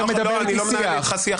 לא, אני בכלל לא מנהל איתך שיח.